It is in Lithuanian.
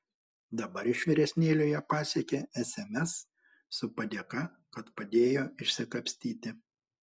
dabar iš vyresnėlio ją pasiekią sms su padėka kad padėjo išsikapstyti